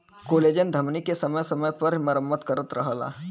collagen धमनी के समय समय पर मरम्मत करत रहला